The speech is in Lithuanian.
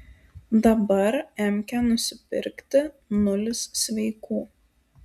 dabar emkę nusipirkti nulis sveikų